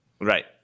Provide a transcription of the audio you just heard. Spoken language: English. Right